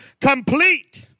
Complete